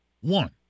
one